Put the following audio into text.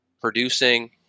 producing